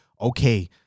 okay